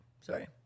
sorry